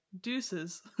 deuces